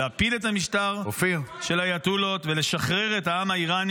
להפיל את המשטר של האייתוללות ולשחרר את העם האיראני